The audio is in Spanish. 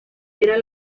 era